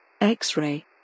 X-ray